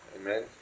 Amen